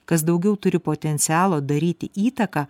kas daugiau turi potencialo daryti įtaką